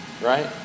Right